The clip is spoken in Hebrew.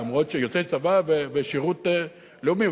אף שיוצאי צבא ושירות לאומי,